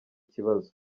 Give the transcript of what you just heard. kibazo